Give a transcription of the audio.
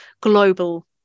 global